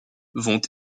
vont